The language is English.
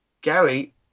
gary